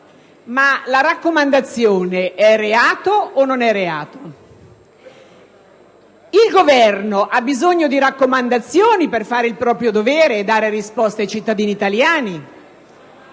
la raccomandazione è reato oppure no? Il Governo ha bisogno di raccomandazioni per fare il proprio dovere e dare risposte ai cittadini italiani